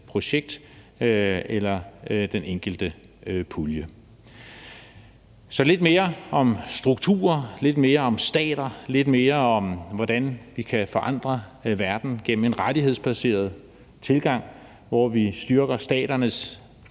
projekt eller den enkelte pulje. Så lidt mere om strukturer, lidt mere om stater, lidt mere om, hvordan vi kan forandre verden gennem en rettighedsbaseret tilgang, hvor vi styrker staternes